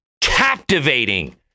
captivating